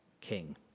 king